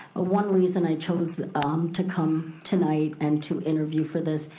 one reason i chose to come tonight and to interview for this,